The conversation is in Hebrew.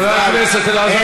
חבר הכנסת אלעזר,